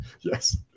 Yes